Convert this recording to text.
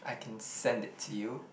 I can send it to you